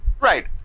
Right